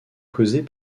causées